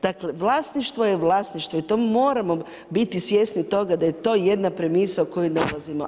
Dakle vlasništvo je vlasništvo i to moramo biti svjesni toga da je to jedna premisao koju nalazimo.